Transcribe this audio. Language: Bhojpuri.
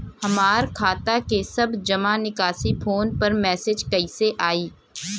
हमार खाता के सब जमा निकासी फोन पर मैसेज कैसे आई?